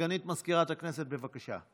סגנית מזכיר הכנסת, בבקשה.